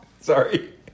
Sorry